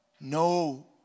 No